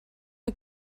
mae